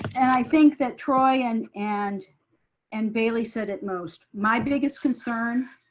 and i think that troy and and and baylee said it most. my biggest concern,